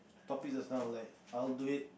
topics just now like I'd do it